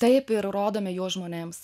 taip ir rodome juos žmonėms